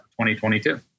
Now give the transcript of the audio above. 2022